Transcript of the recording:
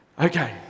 Okay